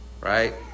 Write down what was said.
right